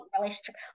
relationship